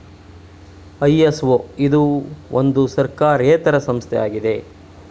ISO ಇದು ಒಂದು ಸರ್ಕಾರೇತರ ಸಂಸ್ಥೆ ಆಗಿದೆ